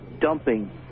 dumping